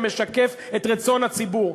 שמשקף את רצון הציבור.